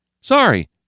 Sorry